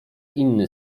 inny